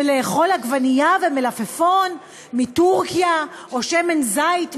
לאכול עגבנייה ומלפפון מטורקיה או שמן זית מיוון.